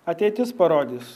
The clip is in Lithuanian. ateitis parodys